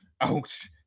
Ouch